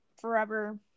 forever